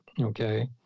Okay